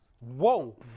Whoa